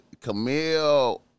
Camille